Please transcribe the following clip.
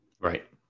Right